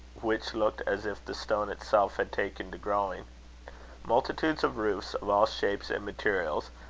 which looked as if the stone itself had taken to growing multitudes of roofs, of all shapes and materials,